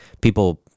people